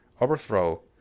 Overthrow